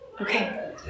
okay